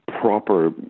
proper